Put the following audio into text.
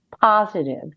positive